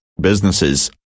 businesses